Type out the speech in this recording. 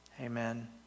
Amen